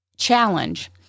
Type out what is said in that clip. challenge